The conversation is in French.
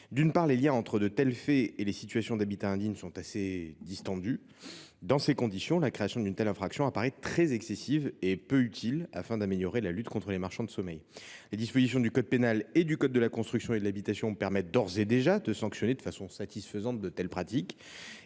Tout d’abord, les liens entre de tels faits et les situations d’habitats indignes sont assez distendus. Dans ces conditions, la création d’une telle infraction apparaît très excessive et peu utile pour améliorer la lutte contre les marchands de sommeil. Les dispositions du code pénal et du code de la construction et de l’habitation permettent déjà de sanctionner convenablement de telles pratiques.